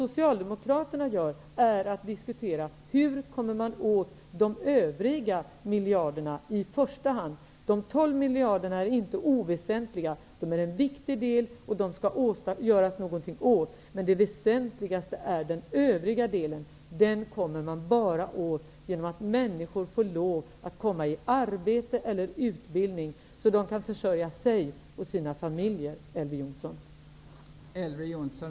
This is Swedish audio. Socialdemokraterna diskuterar hur man i första hand kommer åt de övriga miljarderna. De 12 miljarderna är inte oväsentliga. De utgör en viktig del, och man skall göra något åt dem. Men det väsentliga är den övriga delen. Den kommer man bara åt genom att människor får komma i arbete eller i utbildning så att de kan försörja sig själva och sina familjer, Elver Jonsson!